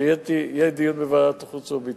שיהיה דיון בוועדת החוץ והביטחון,